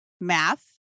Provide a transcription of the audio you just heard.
math